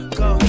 go